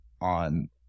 on